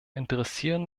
interessieren